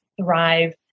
thrive